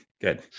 good